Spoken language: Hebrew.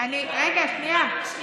רגע, שנייה.